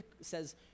says